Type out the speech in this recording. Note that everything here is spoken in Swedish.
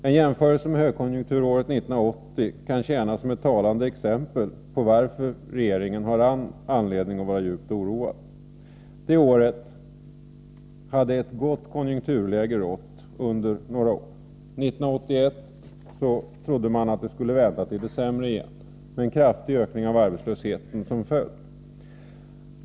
En jämförelse med högkonjunkturåret 1980 kan tjäna som ett talande exempel på varför regeringen har all anledning att vara oroad. Det året hade ett gott konjunkturläge rått sedan några år. 1981 trodde man att utvecklingen skulle vända till det sämre igen, med en kraftig ökning av arbetslösheten som följd.